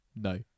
no